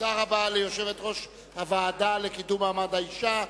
תודה רבה ליושבת-ראש הוועדה לקידום מעמד האשה.